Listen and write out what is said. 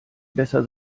besser